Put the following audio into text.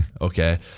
okay